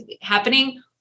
happening